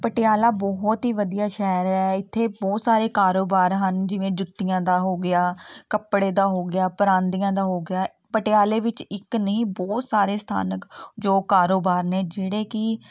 ਪਟਿਆਲਾ ਬਹੁਤ ਹੀ ਵਧੀਆ ਸ਼ਹਿਰ ਹੈ ਇੱਥੇ ਬਹੁਤ ਸਾਰੇ ਕਾਰੋਬਾਰ ਹਨ ਜਿਵੇਂ ਜੁੱਤੀਆਂ ਦਾ ਹੋ ਗਿਆ ਕੱਪੜੇ ਦਾ ਹੋ ਗਿਆ ਪਰਾਂਦੀਆਂ ਦਾ ਹੋ ਗਿਆ ਪਟਿਆਲੇ ਵਿੱਚ ਇੱਕ ਨਹੀਂ ਬਹੁਤ ਸਾਰੇ ਸਥਾਨਕ ਜੋ ਕਾਰੋਬਾਰ ਨੇ ਜਿਹੜੇ ਕਿ